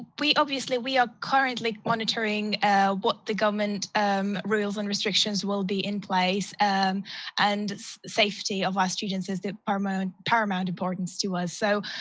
we obviously we are currently monitoring what the government rules and restrictions will be in place and and safety of our students is the paramount paramount importance to us. so,